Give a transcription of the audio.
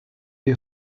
les